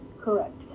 correct